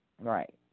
Right